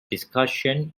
discussion